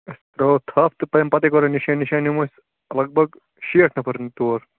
أسۍ ترٛاوو تپھ تہٕ تَمہِ کَرو نِشٲنۍ نِشٲنۍ یِمو أسۍ لگ بگ شیٹھ نفر یِن تور